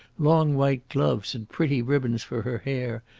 long white gloves, and pretty ribbons for her hair,